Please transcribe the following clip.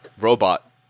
Robot